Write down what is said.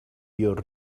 your